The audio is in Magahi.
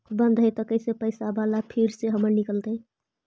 बन्द हैं त कैसे पैसा बाला फिर से हमर निकलतय?